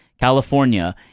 California